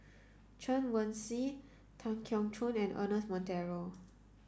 Chen Wen Hsi Tan Keong Choon and Ernest Monteiro